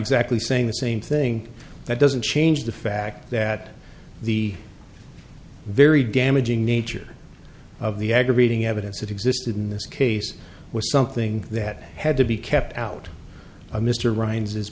exactly saying the same thing that doesn't change the fact that the very damaging nature of the aggravating evidence that existed in this case was something that had to be kept out of mr r